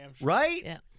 Right